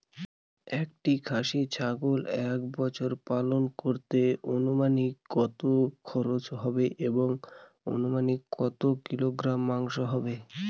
একটি খাসি ছাগল এক বছর পালন করতে অনুমানিক কত খরচ হবে এবং অনুমানিক কত কিলোগ্রাম মাংস হবে?